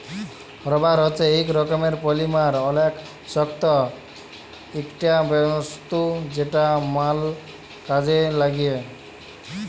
rubber হচ্যে ইক রকমের পলিমার অলেক শক্ত ইকটা বস্তু যেটা ম্যাল কাজে লাগ্যে